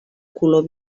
color